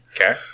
Okay